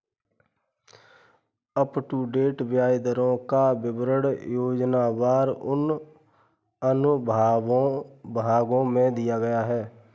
up to date ब्याज दरों का विवरण योजनावार उन अनुभागों में दिया गया है